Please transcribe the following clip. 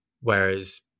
whereas